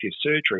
surgery